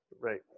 Right